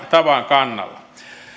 tavan kannalla